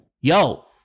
Yo